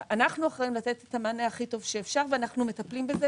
אחראיים לתת את המענה הכי טוב שאפשר ואנחנו מטפלים בזה,